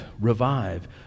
revive